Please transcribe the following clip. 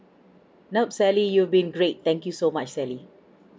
nope sally you've been great thank you so much sally